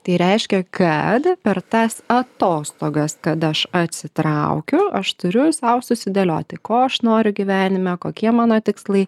tai reiškia kad per tas atostogas kada aš atsitraukiu aš turiu sau susidėlioti ko aš noriu gyvenime kokie mano tikslai